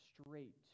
straight